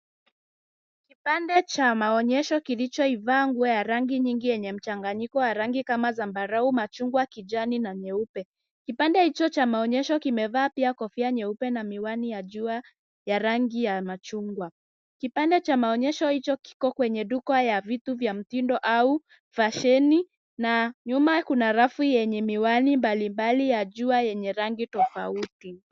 Kipande cha maonyesho kilicho ivaa nguo ya rangi nyingi yenye mchanganyiko wa rangi kama zambarau, machungwa, kijani na nyeupe. Kipande hicho cha maonyesho kimevaa pia kofia nyeupe na miwani ya jua ya rangi ya machungwa. Kipande cha maonyesho hicho kiko kwenye duka ya vitu vya mtindo au fasheni, na nyuma kuna rafu yenye miwani mbalimbali ya jua yenye rangi tofauti.